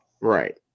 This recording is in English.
Right